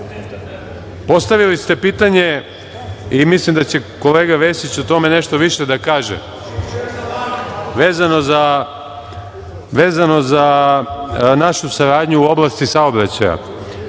ste pitanje i mislim da će kolega Vesić o tome nešto više da kaže, vezano za našu saradnju u oblasti saobraćaja.